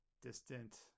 distant